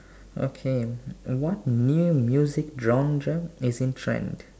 okay what new music genre is in trend